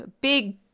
big